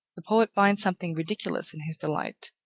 the poet finds something ridiculous in his delight,